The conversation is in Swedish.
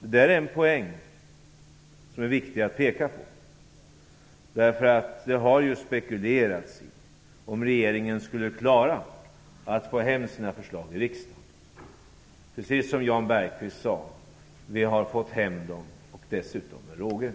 Detta är en poäng som är viktig att peka på. Det har spekulerats över om regeringen skulle klara att få hem sina förslag i riksdagen. Men, precis som Jan Bergqvist sade, vi har fått hem dem med råge.